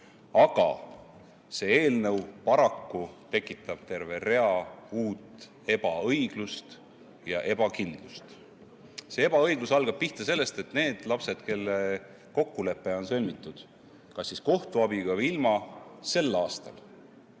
Aga see eelnõu paraku tekitab terve rea uut ebaõiglust ja ebakindlust. See ebaõiglus algab sellest, et need lapsed, kelle puhul kokkulepe on sõlmitud – kas kohtu abiga või ilma – sel aastal,